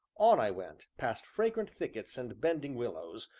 on i went, past fragrant thickets and bending willows,